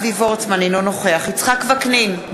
אינו נוכח יצחק וקנין,